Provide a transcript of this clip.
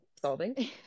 solving